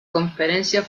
conferencias